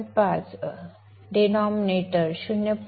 5 denominator 0